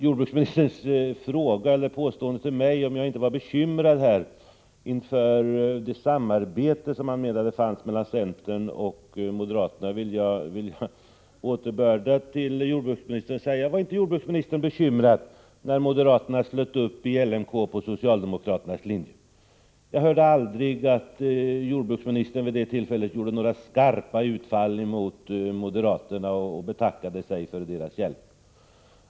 Jordbruksministerns fråga till mig om jag inte var bekymrad inför det samarbete som han menade finns mellan centern och moderaterna gör att jag för min del vill fråga: Var inte jordbruksministern bekymrad, när moderaterna slöt upp i LMK på socialdemokraternas linje? Jag hörde aldrig att jordbruksministern vid det tillfället gjorde några skarpa utfall mot moderaterna och betackade sig för deras hjälp.